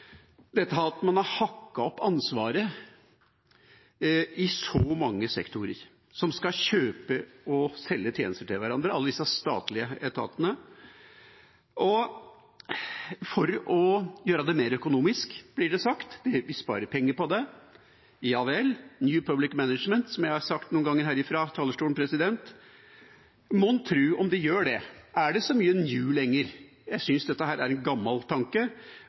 så skal kjøpe og selge tjenester til hverandre – alle disse statlige etatene. Det er for å gjøre det mer økonomisk, blir det sagt; vi sparer penger på det. Ja vel? Det er New Public Management, som jeg har sagt noen ganger her fra talerstolen. Mon tro om det gjør det? Er det så mye «new» lenger? Jeg synes dette er en gammel tanke.